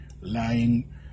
lying